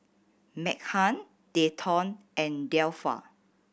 Meghann Dayton and Delpha